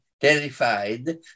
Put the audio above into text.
terrified